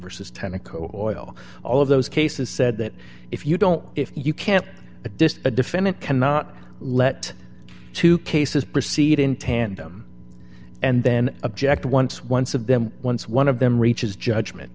vs tenneco oil all of those cases said that if you don't if you can't a disk a defendant cannot let two cases proceed in tandem and then object once once of them once one of them reaches judgment